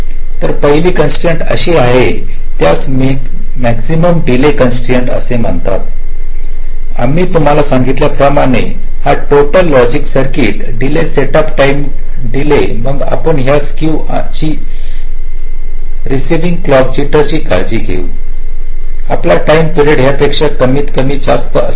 तर पहली कॉन्स्ट्राईन्ट अशी आहे त्यास हे मॅक्सिमम डीले कॉन्स्ट्राईन्ट असे म्हणतात आम्ही तुम्हाला सांगितल्या प्रमाणें हा total logic circuit delay setup time delay मग आपण या स्क्क्यू ची आणि रेसिइविंग क्लॉक्चा जिटर याची काळजी घेऊ आपला टाईम पिरियड यापेक्षा कमीतकमी जास्त असाला